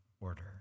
order